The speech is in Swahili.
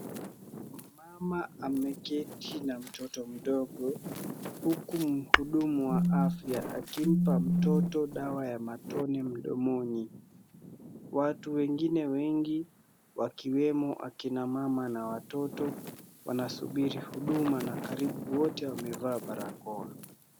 Mama amekeeti na mtoto mdogo huku mhudumu wa afya akimpa mtoto dawa ya matone mdomoni. Watu wengine wengi wakiwemo akina mama na watoto wanasubiri huduma na karibu wote wamevaa barakoa.